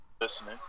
Listening